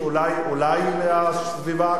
אולי מהסביבה הקרובה,